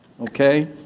Okay